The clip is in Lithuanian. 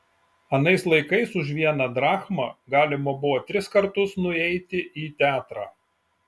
anais laikais už vieną drachmą galima buvo tris kartus nueiti į teatrą